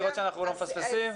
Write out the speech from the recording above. לראות שאנחנו לא מפספסים.